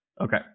okay